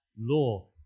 law